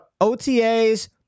OTA's